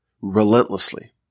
relentlessly